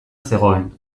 zegoen